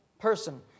person